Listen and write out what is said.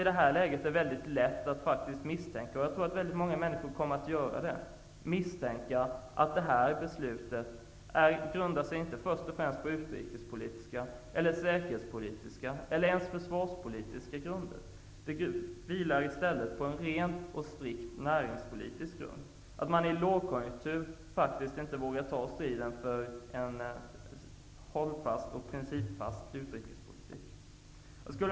I det här läget är det lätt att misstänka -- och jag tror att många människor kommer att göra det -- att beslutet inte baserar sig på först och främst utrikes-, säkerhets eller försvarspolitiska grunder. Det vilar i stället på en ren och strikt näringspolitisk grund. I en lågkonjunktur vågar man inte ta strid för en hållbar och principfast utrikespolitik.